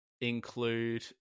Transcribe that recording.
include